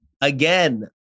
again